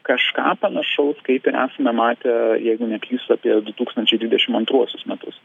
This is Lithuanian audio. kažką panašaus kaip ir esame matę jeigu neklystu apie du tūkstančiai dvidešim antruosius metus